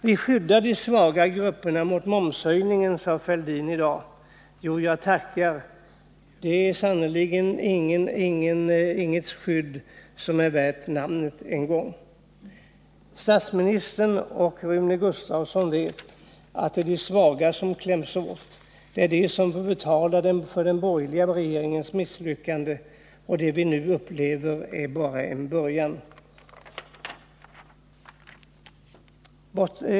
Vi skyddar de svaga grupperna mot momshöjningen, sade Thorbjörn Fälldin i dag. Jo, jag tackar! Det skyddet är sannerligen inte ens värt namnet. Statsministern och Rune Gustavsson vet att det är de svaga som kläms åt. Det är de som får betala för den bogerliga regeringens misslyckande, och det vi nu upplever är bara en början.